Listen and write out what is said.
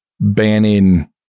banning